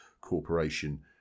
corporation